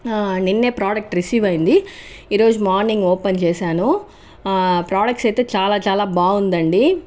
నిన్నే product receive అయింది ఈరోజు మార్నింగ్ ఓపెన్ చేశాను ప్రొడక్ట్స్ అయితే చాలా చాలా బాగుందండి